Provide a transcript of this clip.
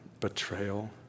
Betrayal